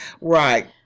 Right